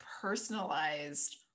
personalized